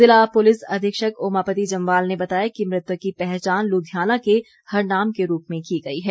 ज़िला पुलिस अधीक्षक ओमापति जम्वाल ने बताया कि मृतक की पहचान लुधियाना के हरनाम के रूप में की गई है